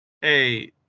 hey